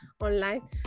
online